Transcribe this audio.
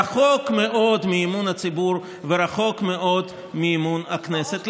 רחוק מאוד מאמון הציבור ורחוק מאוד מאמון הכנסת.